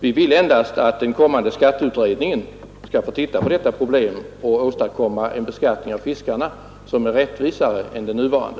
Vi vill endast att den kommande skatteutredningen skall se över detta problem och åstadkomma en beskattning av fiskare som är rättvisare än den nuvarande.